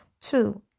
Two